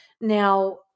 Now